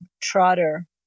Trotter